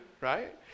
right